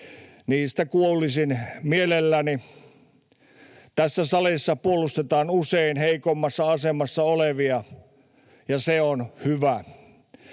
Niistä kuulisin mielelläni. Tässä salissa puolustetaan usein heikoimmassa asemassa olevia, se on hyvä.